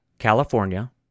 California